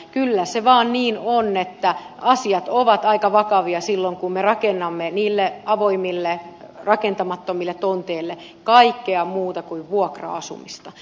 kyllä se vaan niin on että asiat ovat aika vakavia silloin kun me rakennamme niille avoimille rakentamattomille tonteille kaikkea muuta kuin vuokra asumista